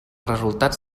resultats